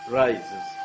rises